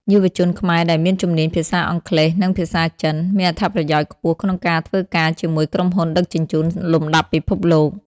យុវជនខ្មែរដែលមានជំនាញភាសាអង់គ្លេស និងភាសាចិន មានអត្ថប្រយោជន៍ខ្ពស់ក្នុងការធ្វើការជាមួយក្រុមហ៊ុនដឹកជញ្ជូនលំដាប់ពិភពលោក។